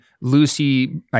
Lucy